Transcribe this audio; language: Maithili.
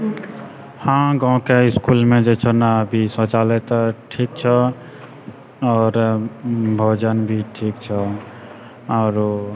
हाँ गावके इसकुलमे जे छै ना अभी शौचालय तऽ ठीक छौ आओर भोजन भी ठीक छौ आओरो